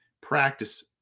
practice